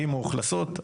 האם מאוכלסות,